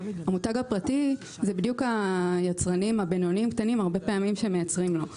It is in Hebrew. המותג הפרטי זה בדיוק היצרנים הקטנים והבינוניים שמייצרים להם.